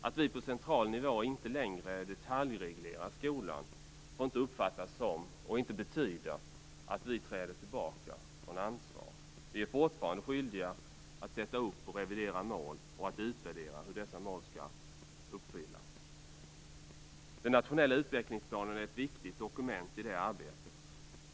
Att vi på central nivå inte längre detaljreglerar skolan får inte uppfattas som, och inte betyda, att vi träder tillbaka från ansvar. Vi är fortfarande skyldiga att sätta upp och revidera mål och att utvärdera hur dessa mål skall uppnås. Den nationella utvecklingsplanen är ett viktigt dokument i det arbetet.